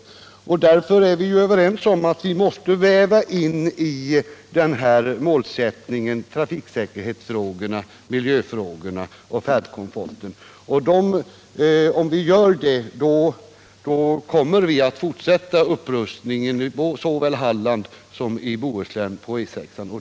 Om befogenheten Därför är vi överens om att vi i den här målsättningen måste väva in för svensk myndigtrafiksäkerhetsfrågorna, miljöfrågorna och färdkomforten. Om vi gör det — het att ingripa mot kommer vi att fortsätta upprustningen i såväl Halland som Bohuslän = oljeutsläpp i svenskt på E 6.